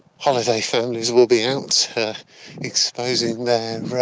holiday families will be out, exposing their, ah,